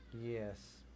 Yes